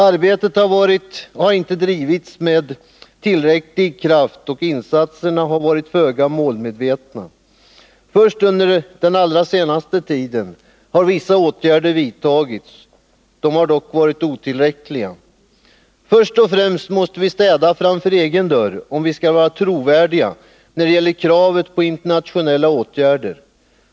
Arbetet har inte drivits med tillräcklig kraft, och insatserna har varit föga målmedvetna. Först under den allra senaste tiden har vissa åtgärder vidtagits. Dessa har dock varit otillräckliga. Först och främst måste vi städa framför egen dörr om vi skall vara trovärdiga när det gäller kravet på internationella åtgärder.